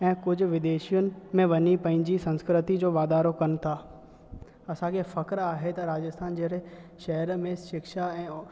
ऐं कुझु विदेशयुनि में वञी पंहिंजी संस्कृति जो वाधारो कनि था असांखे फ़ख़ुरु आहे त राजस्थान जहिड़े शहर में शिक्षा ऐं